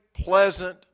pleasant